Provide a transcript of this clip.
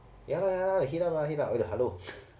ya lah ya lah heat up lah heat up eh hello